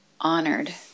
honored